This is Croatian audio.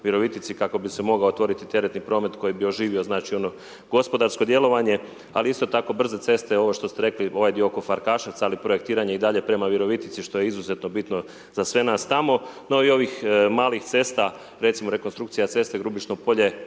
kako bi se mogao otvoriti teretni promet koji bi oživio znači ono gospodarsko djelovanje. Ali isto tako brze ceste ovo što ste rekli, ovaj dio oko Farkaševca, ali projektiranje je i dalje prema Virovitici što je izuzetno bitno za sve nas tamo. No i ovih malih cesta, recimo rekonstrukcija ceste Grubišno Polje,